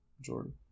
jordan